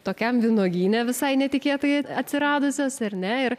tokiam vynuogyne visai netikėtai atsiradusias ar ne ir